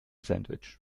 sandwich